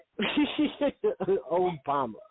Obama